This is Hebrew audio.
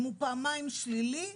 אם הוא פעמיים שלילי,